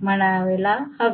म्हणायला हवे